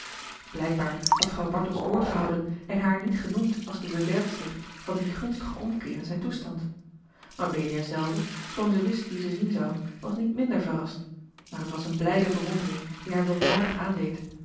blijkbaar had vrouw bartels woord gehouden en haar niet genoemd als de bewerkster van dien gunstigen omkeer in zijn toestand mabelia zelve schoon ze wist wie ze zien zou was niet minder verrast maar het was eene blijde verwondering die haar weldadig aandeed